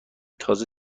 تازه